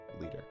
leader